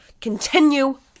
continue